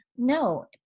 No